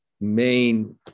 main